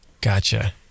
Gotcha